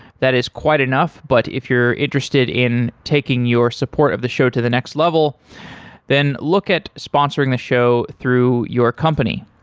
that is quite enough but if you're interested in taking your support of the show to the next level then look at sponsoring the show through your company.